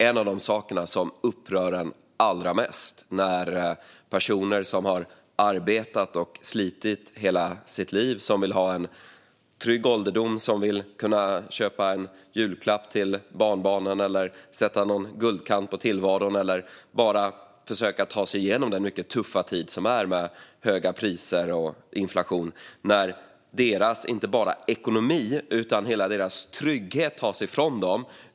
En av de saker som upprör allra mest är när denna typ av brott drabbar personer som har arbetat och slitit hela sitt liv och vill ha en trygg ålderdom och vill kunna köpa en julklapp till barnbarnen, sätta guldkant på tillvaron eller bara försöka ta sig igenom den mycket tuffa tid som är med höga priser och inflation. Det är en vidrig form av brottslighet där inte bara deras ekonomi utan hela deras trygghet tas ifrån dem.